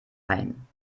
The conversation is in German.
ein